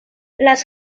las